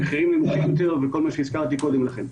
כל מה שהזכרתי קודם לכן.